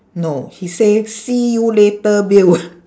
no he say see you later bill